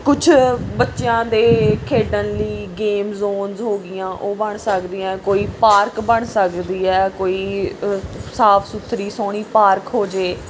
ਕੁਛ ਬੱਚਿਆਂ ਦੇ ਖੇਡਣ ਲਈ ਗੇਮ ਜੋਨਜ਼ ਹੋ ਗਈਆਂ ਉਹ ਬਣ ਸਕਦੀਆਂ ਕੋਈ ਪਾਰਕ ਬਣ ਸਕਦੀ ਹੈ ਕੋਈ ਸਾਫ਼ ਸੁਥਰੀ ਸੋਹਣੀ ਪਾਰਕ ਹੋ ਜਾਵੇ